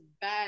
bad